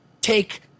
take